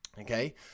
okay